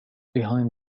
behind